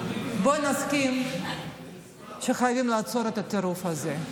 בוא נסכים שחייבים לעצור את הטירוף הזה.